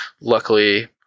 luckily